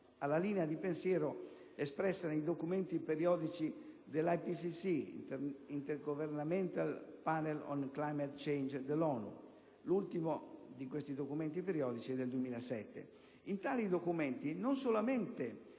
alla linea di pensiero espressa nei documenti periodici dell'IPCC (*Intergovernmental Panel on Climate Change*) dell'ONU, l'ultimo dei quali è del 2007. In tali documenti, non solamente